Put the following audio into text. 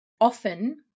often